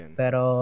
pero